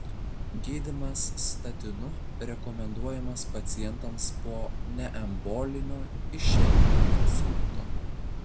gydymas statinu rekomenduojamas pacientams po neembolinio išeminio insulto